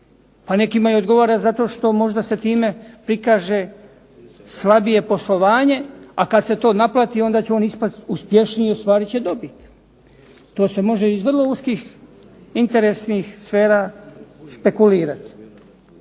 a nekima i odgovara zato što možda se time prikaže slabije poslovanje, a kad se to naplati onda će on ispast uspješniji i ostvarit će dobit. To se može iz vrlo uskih interesnih sfera špekulirati.